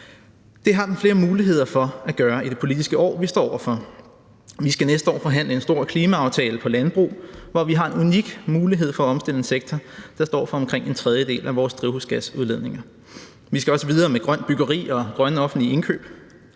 Det har den flere muligheder for at gøre i det politiske år, vi står over for. Vi skal næste år forhandle en stor klimaaftale for landbruget, hvor vi har en unik mulighed for at omstille en sektor, der står for omkring en tredjedel af vores drivhusgasudledninger. Vi skal også videre med grønt byggeri og grønne offentlige indkøb,